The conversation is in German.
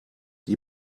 die